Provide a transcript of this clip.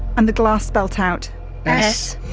and the glass spelt out s,